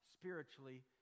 spiritually